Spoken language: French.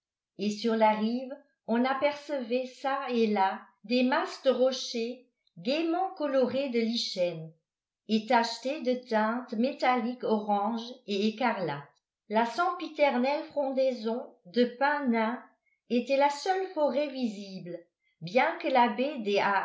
et sur la rive on apercevait çà et là des masses de rochers gaiement colorés de lichens et tachetés de teintes métalliques oranges et écarlates la sempiternelle frondaison de pins nains était la seule forêt visible bien que la baie